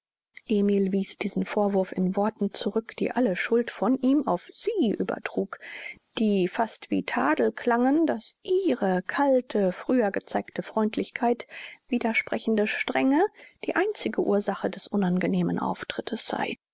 emil wies diesen vorwurf in worten zurück die alle schuld von ihm auf sie übertrugen die fast wie tadel klangen daß ihre kalte früher gezeigter freundlichkeit widersprechende strenge die einzige ursache des unangenehmen auftrittes sei